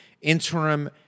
interim